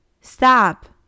Stop